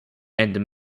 and